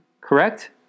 Correct